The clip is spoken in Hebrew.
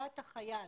החייל?